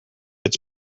its